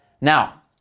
Now